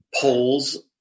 polls